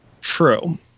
True